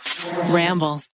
Ramble